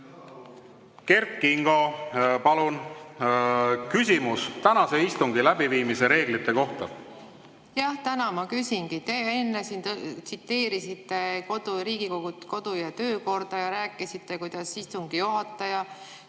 Kert Kingo, palun, küsimus tänase istungi läbiviimise reeglite kohta! Jah, tänan, ma küsingi. Te enne tsiteerisite Riigikogu kodu‑ ja töökorda ja rääkisite, kuidas istungi juhatajal